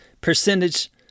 percentage